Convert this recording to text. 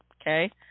Okay